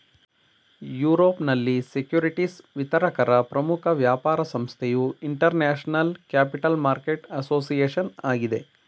ಯುರೋಪ್ನಲ್ಲಿ ಸೆಕ್ಯೂರಿಟಿಸ್ ವಿತರಕರ ಪ್ರಮುಖ ವ್ಯಾಪಾರ ಸಂಸ್ಥೆಯು ಇಂಟರ್ನ್ಯಾಷನಲ್ ಕ್ಯಾಪಿಟಲ್ ಮಾರ್ಕೆಟ್ ಅಸೋಸಿಯೇಷನ್ ಆಗಿದೆ